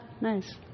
nice